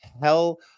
Hell